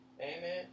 Amen